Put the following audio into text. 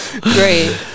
Great